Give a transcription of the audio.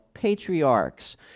patriarchs